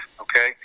Okay